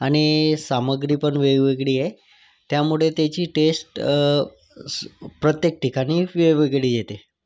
आणि सामग्री पण वेगवेगळी आहे त्यामुळे त्याची टेस्ट प्रत्येक ठिकाणी वेगवेगळी येते